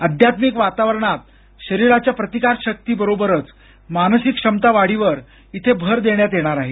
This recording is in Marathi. आध्यात्मिक वातावरणात शरीराच्या प्रतिकारशकी बरोबरच मानसिक क्षमता वाढीवर इथे भर देण्यात येणार आहे